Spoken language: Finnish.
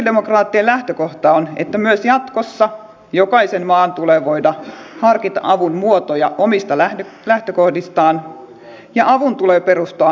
sosialidemokraattien lähtökohta on että myös jatkossa jokaisen maan tulee voida harkita avun muotoja omista lähtökohdistaan ja avun tulee perustua kahdenvälisiin sopimuksiin